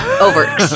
Over